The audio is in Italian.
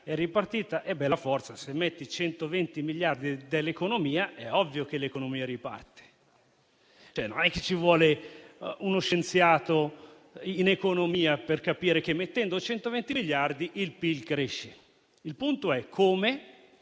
è ripartita. Bella forza! Se si mettono 120 miliardi di euro nell'economia, è ovvio che l'economia riparte. Non ci vuole uno scienziato in economia per capire che, mettendo 120 miliardi di euro, il PIL cresce. Il punto è come,